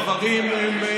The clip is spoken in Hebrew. הדברים הם,